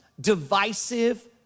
divisive